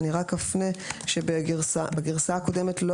אני רק אפנה ואומר שבגרסה הקודמת לא